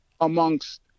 amongst